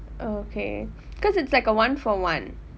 okay because it's like a one for one